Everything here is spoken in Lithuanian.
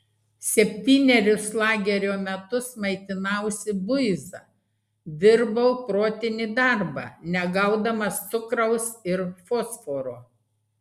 septynerius lagerio metus maitinausi buiza dirbau protinį darbą negaudamas cukraus ir fosforo